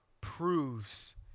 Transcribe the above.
proves